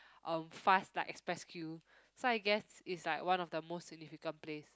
um fast like express queue so I guess it's like one of the most significant place